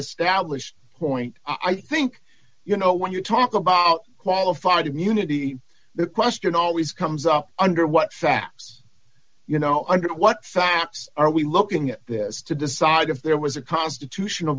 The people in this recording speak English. established point i think you know when you talk about qualified immunity the question always comes up under what facts you know under what facts are we looking at this to decide if there was a constitutional